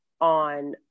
on-